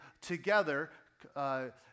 Together